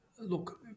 look